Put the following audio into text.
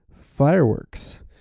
fireworks